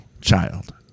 child